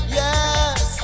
yes